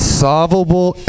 solvable